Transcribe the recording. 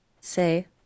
say